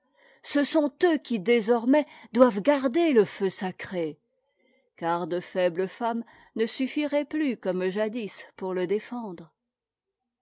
ce sont eux qui désormais doivent garder le feu sacré car de faibles femmes ne suffiraient plus comme jadis pour le défendre